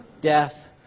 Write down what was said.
death